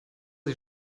sie